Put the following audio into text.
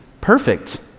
perfect